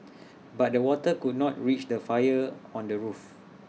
but the water could not reach the fire on the roof